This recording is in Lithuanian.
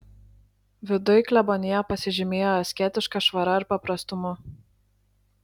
viduj klebonija pasižymėjo asketiška švara ir paprastumu